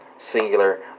Singular